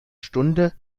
stunde